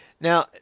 now